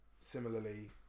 similarly